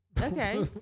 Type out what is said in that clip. Okay